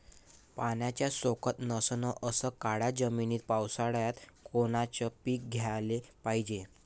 पाण्याचा सोकत नसन अशा काळ्या जमिनीत पावसाळ्यात कोनचं पीक घ्याले पायजे?